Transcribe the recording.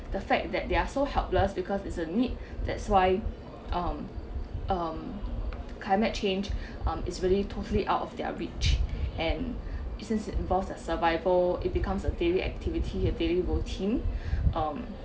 the fact that they are so helpless because it's a need that's why um climate change um it's really totally out of their reach and it's involves a survival it becomes a daily activity a daily routine um